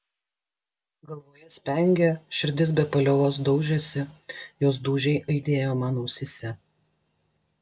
galvoje spengė širdis be paliovos daužėsi jos dūžiai aidėjo man ausyse